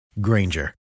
Granger